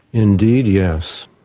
indeed, yes.